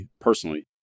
personally